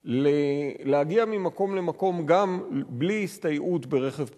להגיע ממקום למקום גם בלי הסתייעות ברכב פרטי,